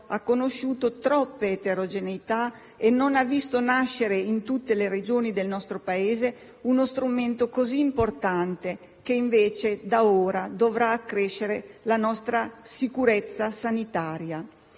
ha conosciuto troppe eterogeneità e non ha visto nascere in tutte le Regioni del nostro Paese uno strumento così importante, che invece da ora dovrà accrescere la nostra sicurezza sanitaria.